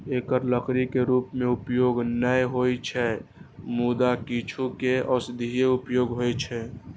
एकर लकड़ी के रूप मे उपयोग नै होइ छै, मुदा किछु के औषधीय उपयोग होइ छै